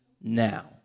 now